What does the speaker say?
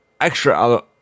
extra